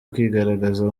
kwigaragaza